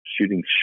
shooting